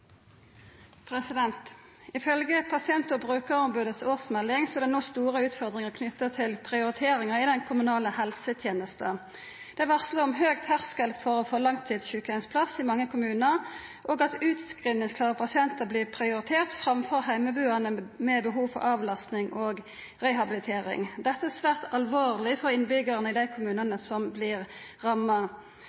det nå store utfordringar knytte til prioriteringar i den kommunale helsetenesta. Det er varsla om høg terskel for å få langtidssjukeheimsplass i mange kommunar, og at utskrivingsklare pasientar vert prioriterte framfor heimebuande med behov for avlasting og rehabilitering. Dette er svært alvorleg for innbyggjarane i dei kommunane som vert ramma.